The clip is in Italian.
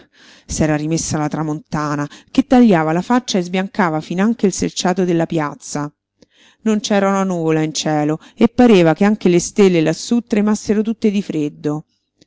s'era rimessa la tramontana che tagliava la faccia e sbiancava finanche il selciato della piazza non c'era una nuvola in cielo e pareva che anche le stelle lassù tremassero tutte di freddo